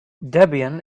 debian